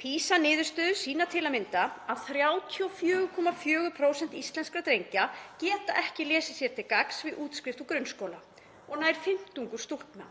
PISA-niðurstöður sýna til að mynda að 34,4% íslenskra drengja geta ekki lesið sér til gagns við útskrift úr grunnskóla og nær fimmtungur stúlkna.